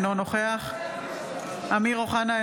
אינו נוכח אמיר אוחנה,